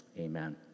Amen